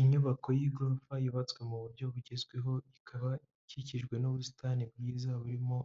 Inyubako y'igorofa yubatswe mu buryo bugezweho ikaba ikikijwe n'ubusitani bwiza burimo